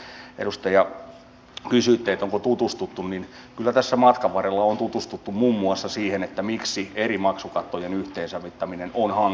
ja kun edustaja kysyitte onko tutustuttu niin kyllä tässä matkan varrella on tutustuttu muun muassa siihen miksi eri maksukattojen yhteensovittaminen on hankalaa